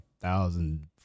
thousand